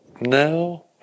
no